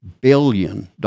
billion